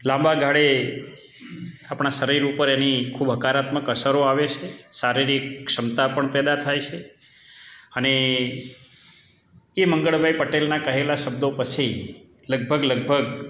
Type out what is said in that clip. લાંબા ગાળે આપણાં શરીર ઉપર એની ખૂબ હકારાત્મક અસરો આવે છે શારીરિક ક્ષમતા પણ પેદા થાય છે અને એ મંગળભાઈ પટેલના કહેલાં શબ્દો પછી લગભગ લગભગ